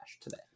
today